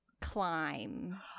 climb